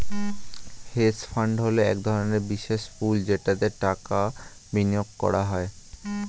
hedge fund হলো এক ধরনের বিশেষ পুল যেটাতে টাকা বিনিয়োগ করা হয়